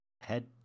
head